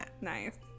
Nice